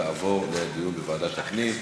תעבורנה לדיון בוועדת הפנים.